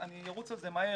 אני ארוץ על זה מהר,